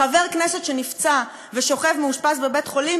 חבר כנסת שנפצע ושוכב מאושפז בבית-חולים,